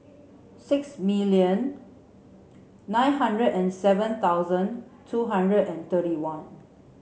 six million nine hundred and seven thousand two hundred and thirty one